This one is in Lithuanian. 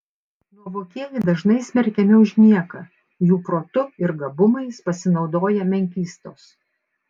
nuovokieji dažnai smerkiami už nieką jų protu ir gabumais pasinaudoja menkystos